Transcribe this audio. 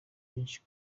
benshi